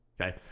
Okay